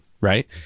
Right